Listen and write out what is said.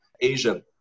Asia